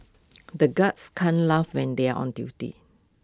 the guards can't laugh when they are on duty